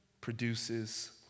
produces